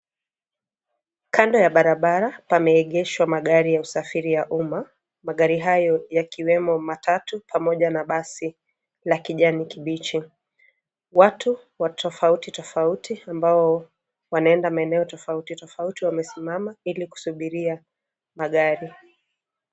Kando ya barabara pameegeshwa magari ya usafiri ya uma, magari hayo yakiwemo matatu pamoja na basi la kijani kibichi. Watu wa tofauti tofauti ambao wanaenda maeneo tofauti tofauti wamesimama ili kusubiria magari.